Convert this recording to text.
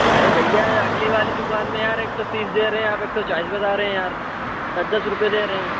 अरे भैया अगली वाली दुकान में यार एक सौ तीस दे रहे आप एक सौ चालीस बता रहें हैं यार दस दस रुपए ले रहे हैं